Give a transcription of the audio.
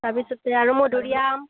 তাৰপিছতে আৰু মধুৰীআম